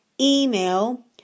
email